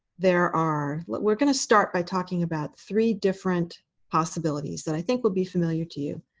there are we're going to start by talking about three different possibilities that i think will be familiar to you.